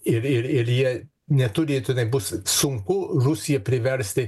ir ir ir jie neturi tenai bus sunku rusiją priversti